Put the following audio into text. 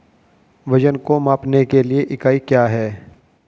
वजन को मापने के लिए इकाई क्या है?